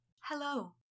Hello